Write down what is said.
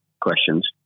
questions